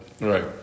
Right